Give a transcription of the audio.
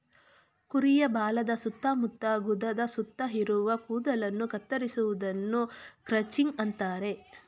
ಕುರಿಯ ಬಾಲದ ಸುತ್ತ ಮತ್ತು ಗುದದ ಸುತ್ತ ಇರುವ ಕೂದಲನ್ನು ಕತ್ತರಿಸುವುದನ್ನು ಕ್ರಚಿಂಗ್ ಅಂತರೆ